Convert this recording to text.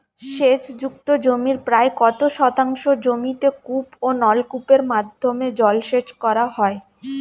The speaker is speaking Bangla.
সেচ যুক্ত জমির প্রায় কত শতাংশ জমিতে কূপ ও নলকূপের মাধ্যমে জলসেচ করা হয়?